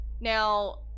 now